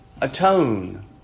atone